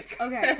Okay